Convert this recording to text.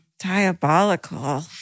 Diabolical